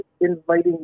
inviting